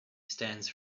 stands